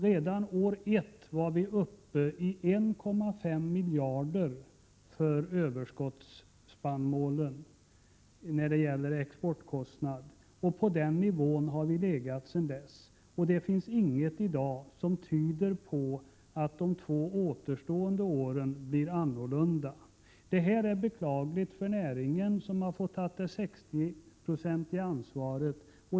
Redan första året var exportkostnaderna för överskottsspannmålen uppe i 1,5 miljarder. På den nivån har vi legat sedan dess. Det finns ingenting i dag som tyder på att det två återstående åren blir annorlunda. Det är beklagligt för näringen, som har fått ta ett 60-procentigt ansvar.